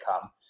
come